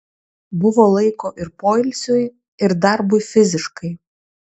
buvo laiko ir poilsiui ir darbui fiziškai